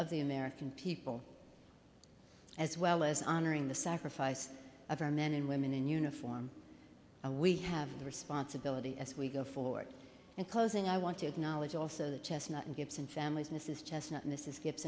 of the american people as well as honoring the sacrifice of our men and women in uniform we have a responsibility as we go forward and posing i wanted knowledge also the chestnut and gibson families mrs chestnut mrs g